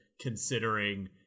considering